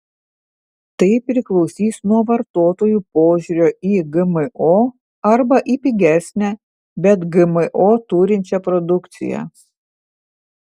tai priklausys nuo vartotojų požiūrio į gmo arba į pigesnę bet gmo turinčią produkciją